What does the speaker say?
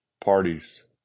parties